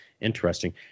interesting